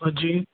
हाँ जी